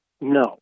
no